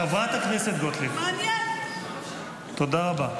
חברת הכנסת גוטליב, תודה רבה.